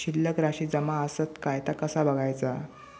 शिल्लक राशी जमा आसत काय ता कसा बगायचा?